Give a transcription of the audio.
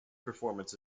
performance